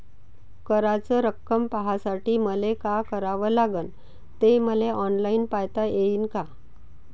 कराच रक्कम पाहासाठी मले का करावं लागन, ते मले ऑनलाईन पायता येईन का?